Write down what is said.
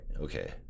Okay